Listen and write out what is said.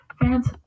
fans